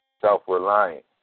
self-reliant